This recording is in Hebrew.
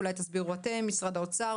אולי יסבירו אנשי משרד האוצר.